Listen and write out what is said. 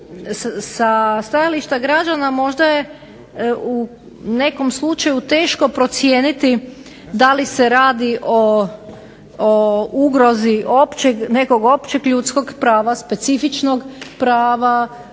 Sa stajališta građana možda je u nekom slučaju teško procijeniti da li se radi o ugrozi nekog općeg ljudskog prava, specifičnog prava,